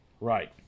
Right